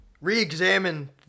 re-examine